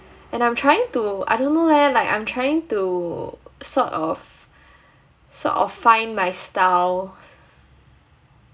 and I'm trying to I don't know leh like I'm trying to sort of sort of find my style